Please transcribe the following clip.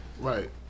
right